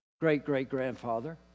great-great-grandfather